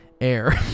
air